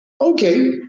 okay